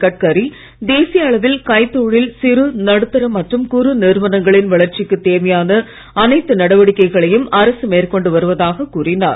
கட்கரி தேசியஅளவில்கைத்தொழில் சிறு நடுத்தரமற்றும்குறுநிறுவனங்களின்வளர்ச்சிக்குத்தேவையானஅனைத்துந டவடிக்கைகளையும்அரசுமேற்கொண்டுவருவதாகக்கூறினார்